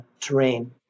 terrain